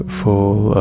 full